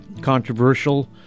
controversial